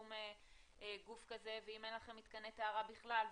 שום גוף כזה ואם אין לכם מתקני טהרה בכלל,